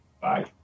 Bye